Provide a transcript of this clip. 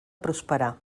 prosperar